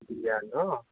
বিয়া ন